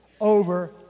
over